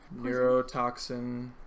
neurotoxin-